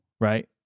right